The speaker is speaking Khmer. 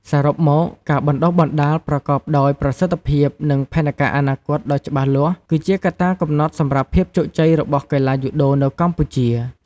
សរុបមក ការបណ្តុះបណ្តាលប្រកបដោយប្រសិទ្ធភាព និងផែនការអនាគតដ៏ច្បាស់លាស់ គឺជាកត្តាកំណត់សម្រាប់ភាពជោគជ័យរបស់កីឡាយូដូនៅកម្ពុជា ។